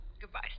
Goodbye